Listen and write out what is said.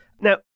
Now